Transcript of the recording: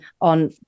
on